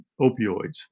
opioids